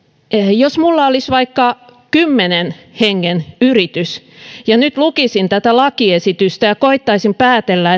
jos minulla olisi vaikka kymmenen hengen yritys ja nyt lukisin tätä lakiesitystä ja koettaisin päätellä